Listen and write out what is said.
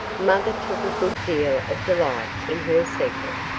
mother took a good deal of delight in her secret.